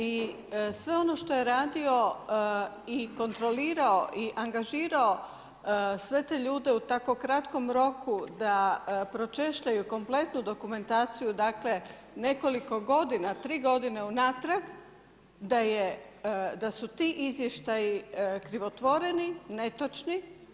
I sve ono što je radio i kontrolirao i angažirao sve te ljude u tako kratkom roku da pročešljaju kompletnu dokumentaciju, dakle nekoliko godina, tri godine unatrag da su ti izvještaji krivotvoreni, netočni.